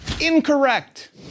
Incorrect